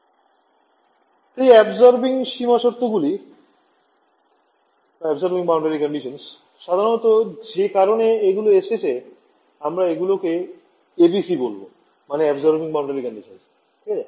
তাই এই অ্যাবসরবিং সীমা শর্ত গুলি সাধারনতঃ যে কারণে এগুলো এসেছে আমরা এগুলকে ABC বলবো মানে Absorbing Boundary Conditions ঠিক আছে